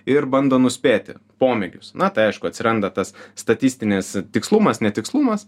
ir bando nuspėti pomėgius na tai aišku atsiranda tas statistinis tikslumas netikslumas